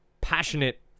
passionate